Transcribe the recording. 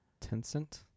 Tencent